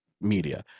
media